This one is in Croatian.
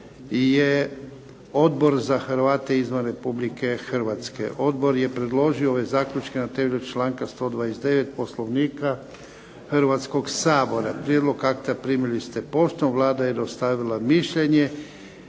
Odbor za Hrvate izvan Republike Hrvatske. Odbor je predložio ove zaključke na temelju članka 129. Poslovnika Hrvatskoga sabora. Prijedlog akta primili ste poštom. Vlada je dostavila mišljenje.